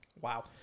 Wow